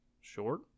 Short